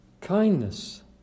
Kindness